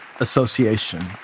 Association